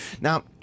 Now